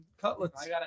Cutlets